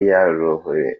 yoroye